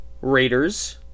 Raiders